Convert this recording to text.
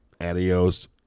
Adios